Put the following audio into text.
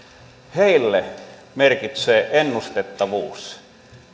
heille merkitsee ennustettavuus